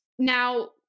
Now